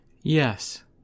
Yes